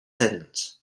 sentence